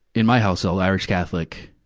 in my household, irish catholic,